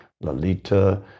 Lalita